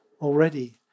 already